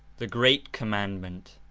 the great commandment.